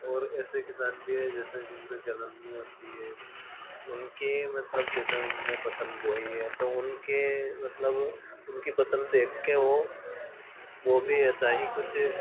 ओर ऐसे किसान भी है जैसे जिनको जलन नहीं होती है उनके मतलब जैसे उन्होने फसल बोई है तो उनके मतलब उनकी पसंद देख कर वो वो भी ऐसा ही कुछ